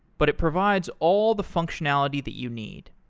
but it provides all the functionality that you need.